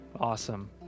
Awesome